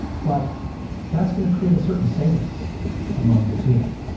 but that's going to create a certain sameness among the team.